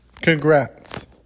Congrats